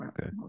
okay